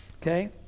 okay